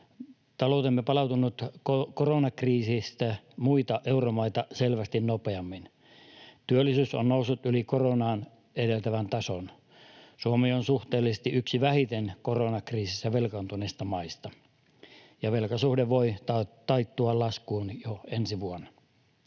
Taloutemme on palautunut koronakriisistä muita euromaita selvästi nopeammin: työllisyys on noussut yli koronaa edeltävän tason, Suomi on suhteellisesti yksi vähiten koronakriisissä velkaantuneista maista, ja velkasuhde voi taittua laskuun jo ensi vuonna.